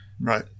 Right